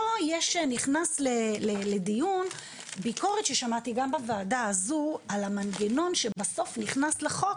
פה נכנס לדיון ביקורת ששמעתי גם בוועדה הזו על המנגנון שבסוף נכנס לחוק,